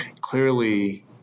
clearly